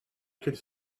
could